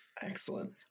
excellent